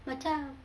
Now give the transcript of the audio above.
amacam